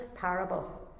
parable